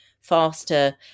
faster